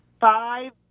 Five